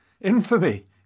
Infamy